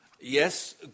Yes